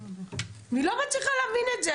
אני לא מצליחה להבין את זה.